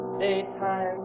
daytime